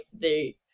they-